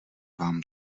vám